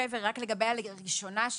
נבהיר לגבי ה"לראשונה".